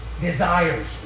desires